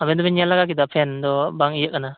ᱟᱵᱮᱱ ᱫᱚᱵᱮᱱ ᱧᱮᱞ ᱞᱮᱜᱟ ᱠᱮᱫᱟ ᱯᱷᱮᱱ ᱵᱟᱝ ᱤᱭᱟᱹᱜ ᱠᱟᱱᱟ